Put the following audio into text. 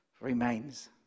remains